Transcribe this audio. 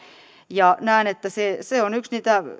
ja näen että se se on yksi niitä